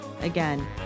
again